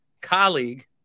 colleague